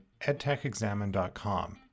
edtechexamined.com